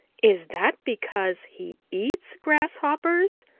is that because he eats grasshoppers?